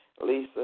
Lisa